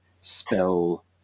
spell